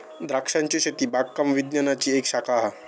द्रांक्षांची शेती बागकाम विज्ञानाची एक शाखा हा